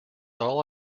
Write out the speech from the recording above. all